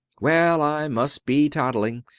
well, i must be toddling.